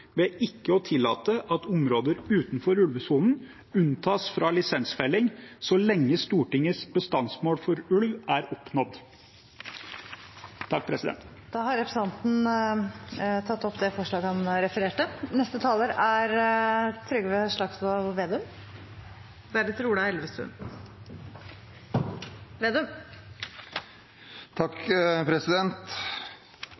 ved ikke å tillate at områder utenfor ulvesonen unntas fra lisensfelling så lenge Stortingets vedtatte bestandsmål for ulv er oppnådd.» Arne Nævra fra SV har